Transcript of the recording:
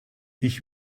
ich